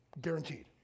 Guaranteed